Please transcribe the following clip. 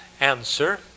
answer